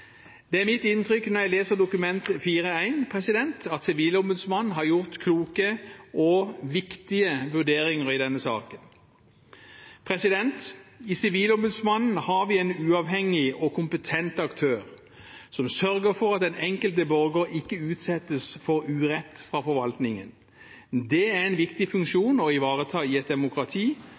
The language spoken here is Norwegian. Det er mitt inntrykk når jeg leser Dokument 4:1 at Sivilombudsmannen har gjort kloke og viktige vurderinger i denne saken. I Sivilombudsmannen har vi en uavhengig og kompetent aktør som sørger for at den enkelte borger ikke utsettes for urett fra forvaltningen. Det er en viktig funksjon å ivareta i et demokrati,